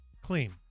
Clean